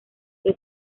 que